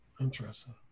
Interesting